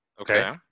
Okay